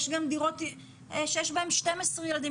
יש גם דירות שיש בהן 12 ילדים,